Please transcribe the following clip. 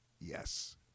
Yes